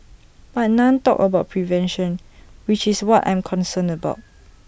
but none talked about prevention which is what I'm concerned about